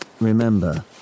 remember